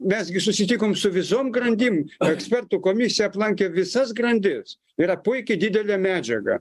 mes gi susitikom su visom grandim ekspertų komisija aplankė visas grandis yra puiki didelė medžiaga